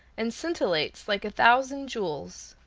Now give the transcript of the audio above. and scintillates like a thousand jewels.